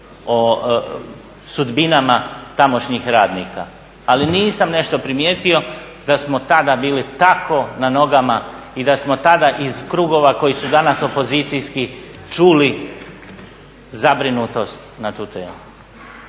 o sudbinama tamošnjih radnika. Ali nisam nešto primjetio, da smo tada bili tako na nogama i da smo tada iz krugova koji su danas opozicijski čuli zabrinutost na tu temu.